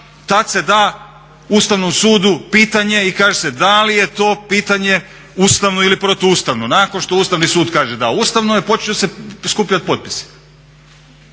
tad se da Ustavnom sudu pitanje i kaže se da li je to pitanje ustavno ili protuustavno, nakon što Ustavni sud kaže da ustavno je počinju se skupljati potpisi.